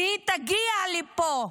והיא תגיע לפה,